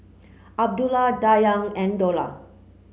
Abdullah Dayang and Dollah